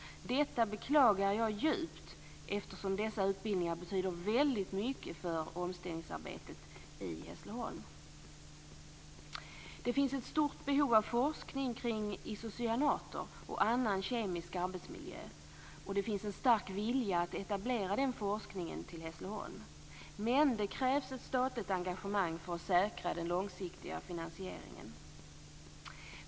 Detta beklagar jag djupt, eftersom dessa utbildningar betyder väldigt mycket för omställningsarbetet i Hässleholm. Det finns ett stort behov av forskning kring isocyanater och andra kemikalier i arbetsmiljön. Det finns en stark vilja att etablera den forskningen till Hässleholm. Men det krävs ett statligt engagemang för att säkra den långsiktiga finansieringen.